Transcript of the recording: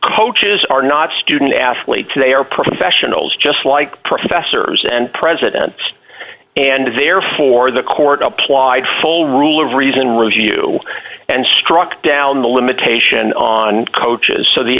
coaches are not student athletes they are professionals just like professors and presidents and therefore the court applied full rule of reason review and struck down the limitation on coaches so the